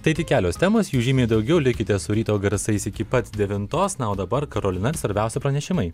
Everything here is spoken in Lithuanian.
tai tik kelios temos jų žymiai daugiau likite su ryto garsais iki pat devintos na o dabar karolina ir svarbiausia pranešimai